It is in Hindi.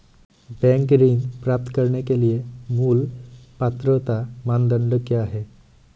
बैंक ऋण प्राप्त करने के लिए मूल पात्रता मानदंड क्या हैं?